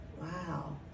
wow